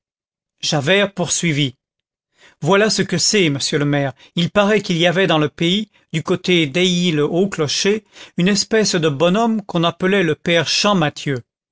javert poursuivit voilà ce que c'est monsieur le maire il paraît qu'il y avait dans le pays du côté dailly le haut clocher une espèce de bonhomme qu'on appelait le père